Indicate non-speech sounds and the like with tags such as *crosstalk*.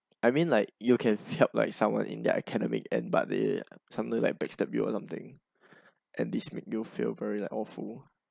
I mean like you can help like someone in their academic and but they sometimes like backstab you or something *breath* and this make you feel very like awful